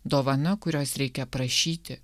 dovana kurios reikia prašyti